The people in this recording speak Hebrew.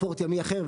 ספורט ימי אחר,